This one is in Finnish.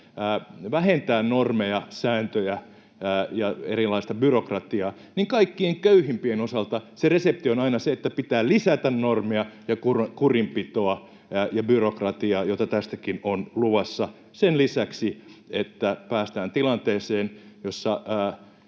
vähentää normeja, sääntöjä ja erilaista byrokratiaa, niin kaikkein köyhimpien osalta se resepti on aina se, että pitää lisätä normeja ja kurinpitoa ja byrokratiaa, jota tästäkin on luvassa, sen lisäksi, että päästään tilanteeseen, jossa